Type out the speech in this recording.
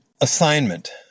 assignment—